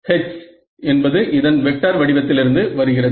H என்பது இதன் vector வடிவத்திலிருந்து வருகிறது